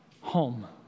home